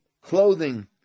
clothing